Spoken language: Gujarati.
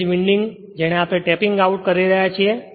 તે જ વિન્ડિંગ જેને આપણે ટેપીંગ આઉટ કરી રહ્યા છીએ